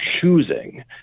choosing